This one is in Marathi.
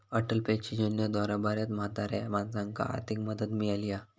अटल पेंशन योजनेद्वारा बऱ्याच म्हाताऱ्या माणसांका आर्थिक मदत मिळाली हा